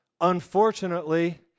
Unfortunately